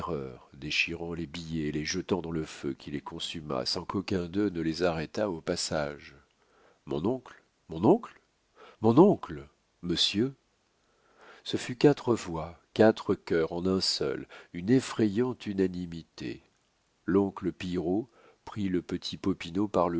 déchirant les billets et les jetant dans le feu qui les consuma sans qu'aucun d'eux ne les arrêtât au passage mon oncle mon oncle mon oncle monsieur ce fut quatre voix quatre cœurs en un seul une effrayante unanimité l'oncle pillerault prit le petit